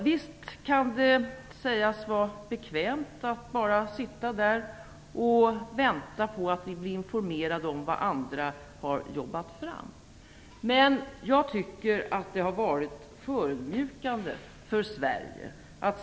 Visst kan det sägas vara bekvämt att bara sitta och vänta på att bli informerad om vad andra har arbetat fram, men jag tycker att det har varit förödmjukande för Sverige.